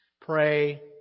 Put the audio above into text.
Pray